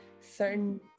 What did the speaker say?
certain